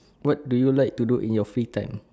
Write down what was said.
what do you like to do in your free time